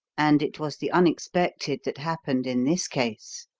and it was the unexpected that happened in this case.